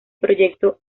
proyecto